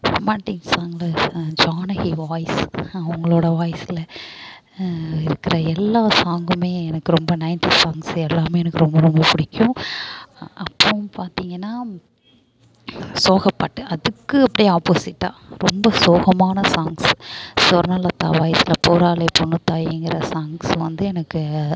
romantic song Janaki voice அவங்களோட வாய்ஸ்ல இருக்கிற எல்லா சாங்குமே எனக்கு ரொம்ப நயன்ட்டிஸ் சாங்ஸ் எல்லாமே எனக்கு ரொம்ப ரொம்ப பிடிக்கும் அப்புறோம் பார்த்திங்கன்னா சோகப்பாட்டு அதுக்கு அப்படே ஆப்போசிட்டாக ரொம்ப சோகமான சாங்ஸ் சொர்ணலதா வாய்ஸ்ல போகிறாளே பொண்ணுத்தாயிங்கிற சாங்ஸ் வந்து எனக்கு